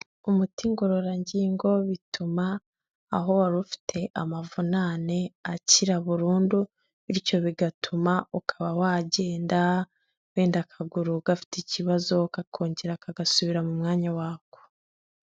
Umuti ngororangingo bituma aho wari ufite amavunane akira burundu bityo bigatuma, ukaba wagenda wenda akaguru gafite ikibazo kakongera kagasubira mu mwanya wako.